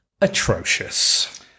atrocious